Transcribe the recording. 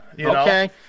Okay